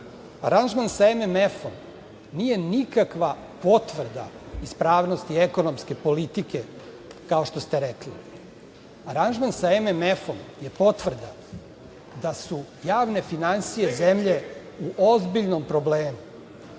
aranžman sa MMF-om nije nikakva potvrda ispravnosti ekonomske politike, kao što ste rekli. Aranžman sa MMF-om je potvrda da su javne finansije zemlje u ozbiljnom problemu.